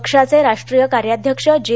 पक्षाचे राष्ट्रीय कार्याध्यक्ष जे